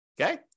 Okay